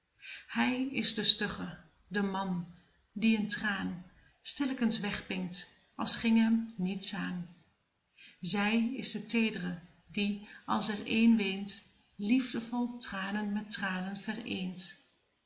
hij is de stugge de man die een traan stilllekens wegpinkt als ging hem niets aan zij is de teed're die als er een weent liefdevol tranen met tranen vereent